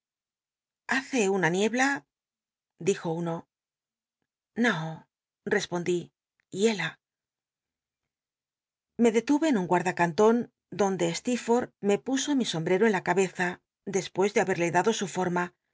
hace una niebla dijo uno no respondí yela me detuve en un guarda canlon donde stcerforth me puso mi sombrero en la cabeza despues de haberle dado su forma